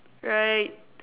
right